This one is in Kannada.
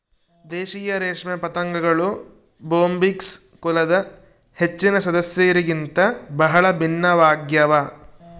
ದೇಶೀಯ ರೇಷ್ಮೆ ಪತಂಗಗಳು ಬೊಂಬಿಕ್ಸ್ ಕುಲದ ಹೆಚ್ಚಿನ ಸದಸ್ಯರಿಗಿಂತ ಬಹಳ ಭಿನ್ನವಾಗ್ಯವ